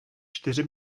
čtyři